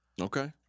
Okay